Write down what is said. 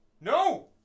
no